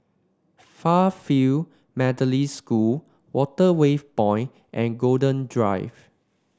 Fairfield Methodist School Waterway Point and Golden Drive